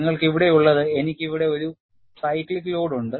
നിങ്ങൾക്ക് ഇവിടെയുള്ളത് എനിക്ക് ഇവിടെ ഒരു സൈക്ലിക് ലോഡ് ഉണ്ട്